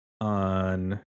On